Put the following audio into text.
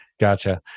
Gotcha